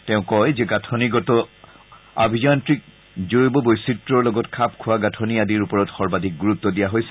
তেওঁ কৈছে যে গাঁথনিগত আভিযান্ত্ৰিক জৈৱ বৈচিত্ৰৰ লগত খাপ খোৱা গাঁথনি আদিৰ ওপৰত সৰ্বাধিক গুৰুত্ব দিছে